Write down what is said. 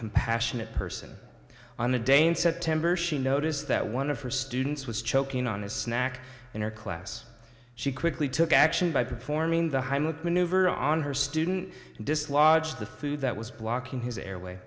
compassionate person on a day in september she noticed that one of her students was choking on a snack in her class she quickly took action by performing the heimlich maneuver on her student to dislodge the food that was blocking his airway